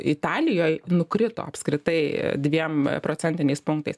italijoj nukrito apskritai dviem procentiniais punktais